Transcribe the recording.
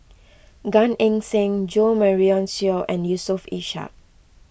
Gan Eng Seng Jo Marion Seow and Yusof Ishak